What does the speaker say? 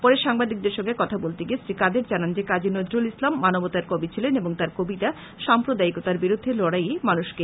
পরে সাংবাদিকদের সঙ্গে কথা বলতে গিয়ে শ্ৰী কাদের জানান যে কাজী নজরুল ইসলাম মানবতার কবি ছিলেন এবং তার কবিতা সাম্প্রদায়িকতার বিরুদ্ধে লড়াই এ মানুষকে অনুপ্রেরণা জোগায়